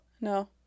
No